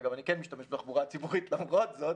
אגב, אני כן משתמש בתחבורה ציבורית למרות זאת,